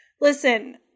Listen